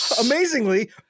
amazingly